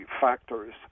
factors